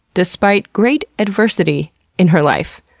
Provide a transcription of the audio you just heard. despite great adversity in her life.